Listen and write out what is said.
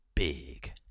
big